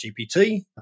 gpt